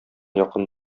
якын